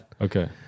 Okay